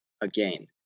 again